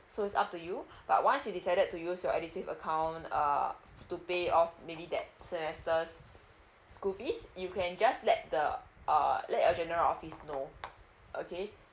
so it's up to you but once you decided to use your edusave account uh to pay off maybe that's semester school fees you can just let the uh let a general office know okay